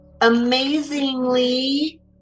amazingly